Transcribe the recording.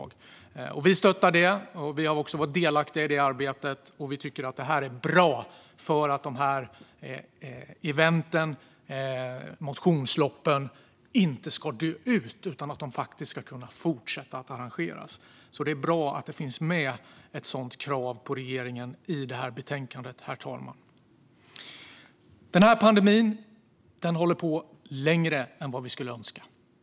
Vi stöttar det och har också varit delaktiga i arbetet. Vi tycker att det här är ett bra sätt för att event och motionslopp inte ska dö ut utan kan fortsätta att arrangeras. Det är därför bra att det i betänkandet finns ett sådant krav på regeringen, herr talman. Pandemin håller på längre än vad vi skulle önska.